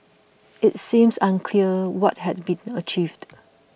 it seems unclear what had been achieved